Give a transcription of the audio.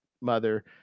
mother